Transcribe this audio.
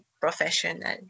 professional